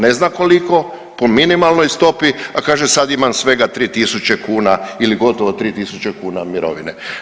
Ne znam koliko, po minimalnoj stopi, a kaže sad imam svega 3000 kuna ili gotovo 3000 kuna mirovine.